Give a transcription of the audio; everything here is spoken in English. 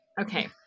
Okay